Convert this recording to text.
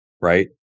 right